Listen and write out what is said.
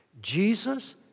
Jesus